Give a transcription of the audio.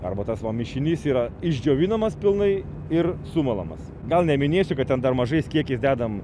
arba tas mišinys yra išdžiovinamas pilnai ir sumalamas gal neminėsiu kad ten dar mažais kiekiais dedam